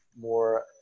more